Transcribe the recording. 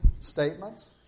statements